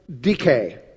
decay